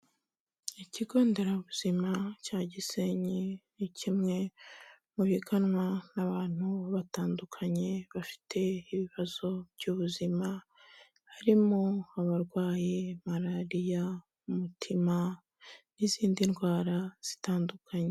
Ikigo nderabuzima cya Gisenyi, ni kimwe mu biganwa n'abantu batandukanye bafite ibibazo by'ubuzima, harimo abarwaye malariya, umutima n'izindi ndwara zitandukanye.